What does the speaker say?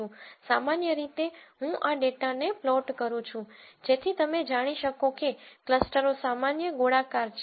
સામાન્ય રીતે હું આ ડેટા ને પ્લોટ કરું છું જેથી તમે જાણી શકો કે ક્લસ્ટરો સામાન્ય ગોળાકાર છે